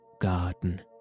garden